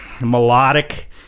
melodic